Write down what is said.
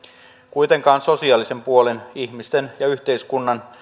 kuitenkaan sosiaalisen puolen ihmisten ja yhteiskunnan